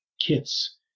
kits